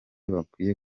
bakwiye